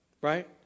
Right